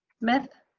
beth